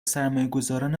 سرمایهگذاران